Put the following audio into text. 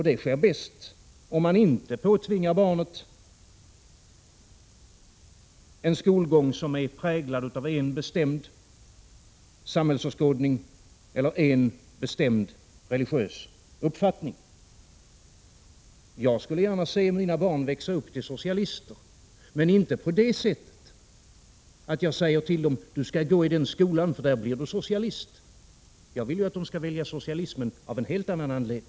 Det sker bäst om man inte påtvingar barnet en skolgång som är präglad av en bestämd samhällsåskådning eller en bestämd religiös uppfattning. Jag skulle gärna se mina barn växa upp till socialister men inte på det sättet att jag säger till dem: Du skall gå i den skolan, för där blir du socialist! Jag vill att de skall välja socialismen av en helt annan anledning.